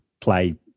play